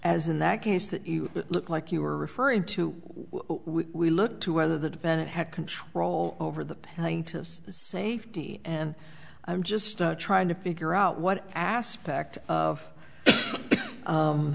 as in that case that you look like you were referring to we look to whether the defendant had control over the safety and i'm just trying to figure out what aspect of